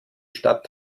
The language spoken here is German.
stadt